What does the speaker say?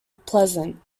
pleasant